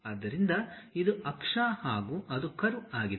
ಆದ್ದರಿಂದ ಇದು ಅಕ್ಷ ಹಾಗೂ ಅದು ಕರ್ವ್ ಆಗಿದೆ